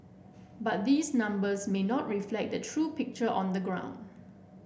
but these numbers may not reflect the true picture on the ground